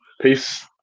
peace